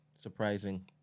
surprising